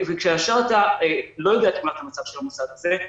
וכשעכשיו אתה לא יודע את תמונת המצב של המוסד הזה,